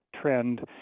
trend